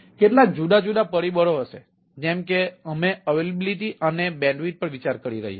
કેટલાક જુદા જુદા પરિબળો હશે જેમ કે અમે ઉપલબ્ધતા પર વિચાર કરી રહ્યા છીએ